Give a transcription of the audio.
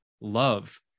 Love